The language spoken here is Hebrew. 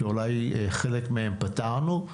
שאולי חלק מהם פתרנו.